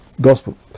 gospel